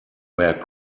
where